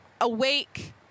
awake